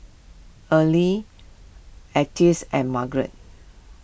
Earlie Althea and Margeret